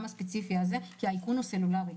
האיכון הוא סלולרי,